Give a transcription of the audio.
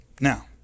Now